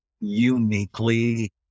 uniquely